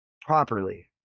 properly